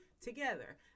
together